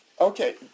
Okay